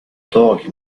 dag